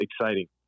exciting